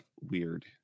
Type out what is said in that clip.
weird